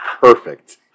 Perfect